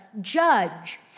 judge